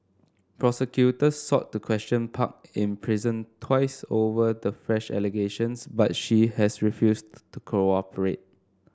prosecutors sought to question Park in prison twice over the fresh allegations but she has refused to cooperate